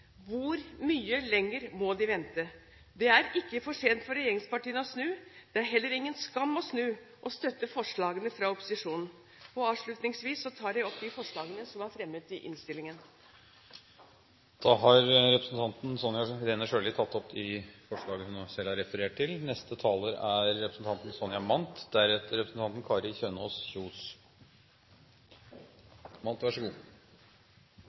Hvor mye lenger må de vente? Det er ikke for sent for regjeringspartiene å snu, det er heller ingen skam å snu og støtte forslagene fra opposisjonen. Avslutningsvis tar jeg opp de forslagene som er fremmet i innstillingen Representanten Sonja Irene Sjøli har tatt opp de forslagene hun refererte til. Først til en feil som har skjedd ved en inkurie på side 3, der datoen for arbeidsgruppens tidsfrist er